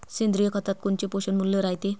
सेंद्रिय खतात कोनचे पोषनमूल्य रायते?